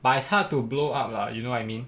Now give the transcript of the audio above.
but it's hard to blow up lah you know what I mean